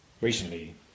Recently